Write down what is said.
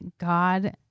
God